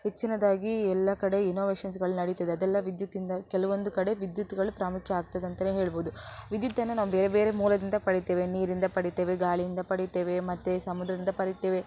ಹೆಚ್ಚಿನದಾಗಿ ಎಲ್ಲ ಕಡೆ ಇನೋವೇಷನ್ಸ್ಗಳು ನಡೀತಿದೆ ಅದೆಲ್ಲ ವಿದ್ಯುತ್ತಿಂದ ಕೆಲವೊಂದು ಕಡೆ ವಿದ್ಯುತ್ಗಳು ಪ್ರಾಮುಖ್ಯ ಆಗ್ತದಂತಲೇ ಹೇಳಬಹುದು ವಿದ್ಯುತ್ತನ್ನು ನಾವು ಬೇರೆ ಬೇರೆ ಮೂಲದಿಂದ ಪಡೆಯುತ್ತೇವೆ ನೀರಿಂದ ಪಡಿತೇವೆ ಗಾಳಿಯಿಂದ ಪಡಿತೇವೆ ಮತ್ತು ಸಮುದ್ರದಿಂದ ಪಡೆಯುತ್ತೇವೆ